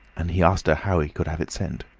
and he asked her how he could have it sent.